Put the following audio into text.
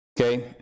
Okay